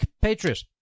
Patriot